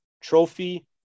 trophy